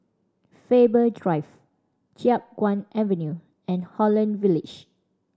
Faber Drive Chiap Guan Avenue and Holland Village